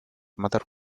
mother